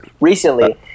recently